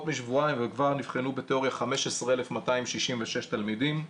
משבועיים וכבר נבחנו בתאוריה 15,266 תלמידים.